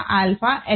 alpha n